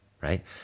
right